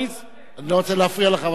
אני לא רוצה להפריע לך,